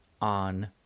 On